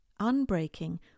unbreaking